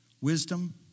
wisdom